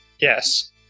Yes